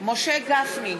משה גפני,